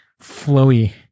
flowy